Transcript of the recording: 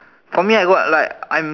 for me I got like I'm